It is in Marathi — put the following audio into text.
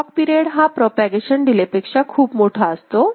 क्लॉक पिरियड हा प्रोपागेशन डिलेपेक्षा खूप मोठा असतो